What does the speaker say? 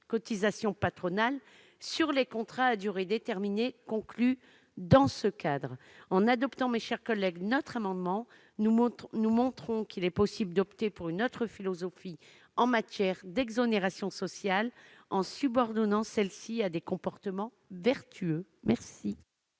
cotisations patronales sur les contrats à durée déterminée conclus dans ce cadre. En adoptant notre amendement, mes chers collègues, nous montrerions qu'il est possible d'opter pour une autre philosophie en matière d'exonérations sociales, en subordonnant celles-ci à des comportements vertueux. Quel